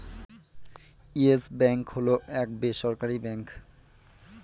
yes Bank হল এক বেসরকারি ব্যাঙ্ক